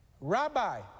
Rabbi